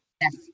yes